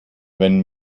wenn